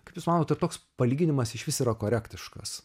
kaip jūs manot ar toks palyginimas išvis yra korektiškas